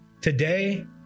today